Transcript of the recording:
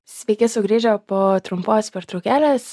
sveiki sugrįžę po trumpos pertraukėlės